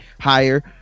higher